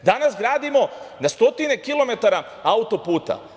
Danas radimo na stotine kilometara autoputa.